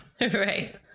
Right